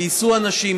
גייסו אנשים,